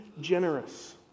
generous